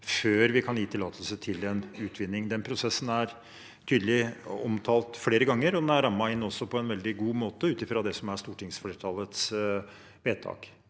før vi kan gi tillatelse til en utvinning. Den prosessen er tydelig omtalt flere ganger, og den er også rammet inn på en veldig god måte av stortingsflertallets vedtak.